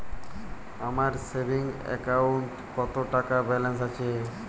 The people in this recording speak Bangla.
আমার সেভিংস অ্যাকাউন্টে কত টাকা ব্যালেন্স আছে?